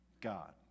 God